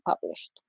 published